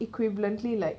equivalently like